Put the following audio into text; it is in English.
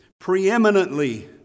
preeminently